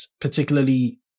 particularly